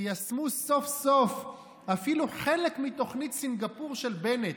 תיישמו סוף-סוף אפילו חלק מתוכנית סינגפור של בנט,